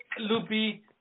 Lupi